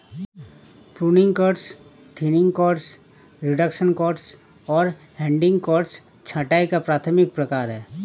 pruning cuts, thinning cuts, reduction cuts और heading cuts छंटाई का प्राथमिक प्रकार हैं